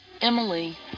Emily